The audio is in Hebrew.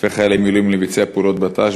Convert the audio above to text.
אלפי חיילי מילואים לביצוע פעולות בט"ש,